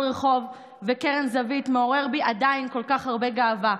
רחוב וקרן זווית מעורר בי עדיין כל כך הרבה גאווה.